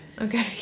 okay